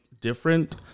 different